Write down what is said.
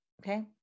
Okay